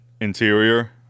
interior